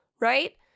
Right